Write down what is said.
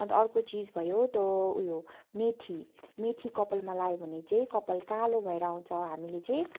अन्त अर्को चिज भयो त्यो ऊ यो मेथी मेथी कपालमा लायो भने चाहिँ कपाल कालो भएर आउँछ हामीले चाहिँ